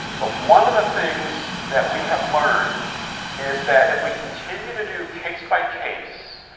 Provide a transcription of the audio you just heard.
but one of the things that we have learned is that, if we continue to do case by case,